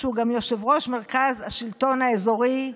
שהוא גם יושב-ראש מרכז השלטון האזורי,